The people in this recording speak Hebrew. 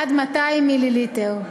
עד 200 מיליליטר.